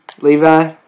levi